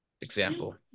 example